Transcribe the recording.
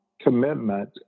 commitment